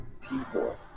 people